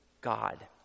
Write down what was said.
God